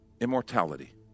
immortality